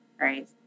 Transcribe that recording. Right